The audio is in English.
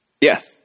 Yes